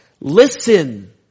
Listen